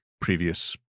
previous